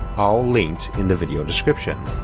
all linked in the video description.